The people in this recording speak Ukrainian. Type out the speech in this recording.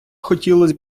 хотілось